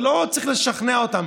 זה לא שצריך לשכנע אותן,